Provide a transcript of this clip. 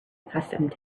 accustomed